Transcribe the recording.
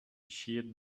sheared